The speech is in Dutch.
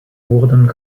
worden